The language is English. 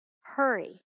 hurry